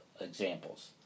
examples